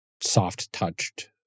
soft-touched